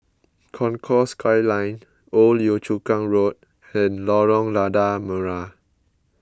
Concourse Skyline Old Yio Chu Kang Road and Lorong Lada Merah